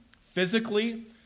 physically